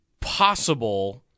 possible